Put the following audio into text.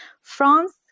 France